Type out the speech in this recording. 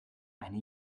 eine